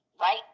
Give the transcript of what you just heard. Right